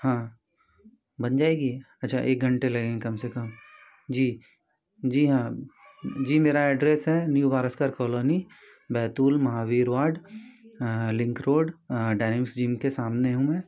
हाँ बन जाएगी अच्छा एक घंटे लगेगा कम से कम जी जी हाँ जी मेरा एड्रेस है निव Baraskar colony Betul Mahavir ward link road डायनिम्स जिम के सामने हूँ मैं